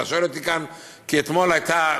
אתה שואל אותי כאן כי אתמול הייתה,